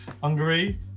Hungary